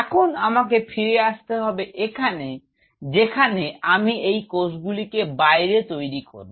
এখন আমাকে ফিরে আসতে হবে এখানে যেখানে আমি এই কোষগুলিকে বাইরে তৈরি করব